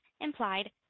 implied